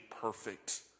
perfect